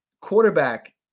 quarterback